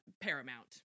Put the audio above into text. paramount